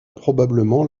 probablement